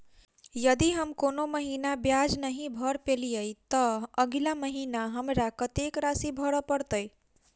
यदि हम कोनो महीना ब्याज नहि भर पेलीअइ, तऽ अगिला महीना हमरा कत्तेक राशि भर पड़तय?